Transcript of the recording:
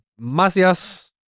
Gracias